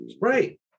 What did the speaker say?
Right